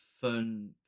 fun